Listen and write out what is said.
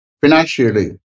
financially